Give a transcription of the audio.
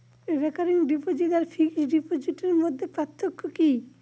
Recurring deposit আর fixed ডিপোজিটের মধ্যে পার্থক্য কি?